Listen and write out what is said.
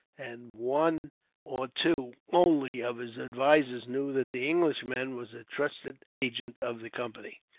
and one or two, only, of his advisers knew that the englishman was a trusted agent of the company.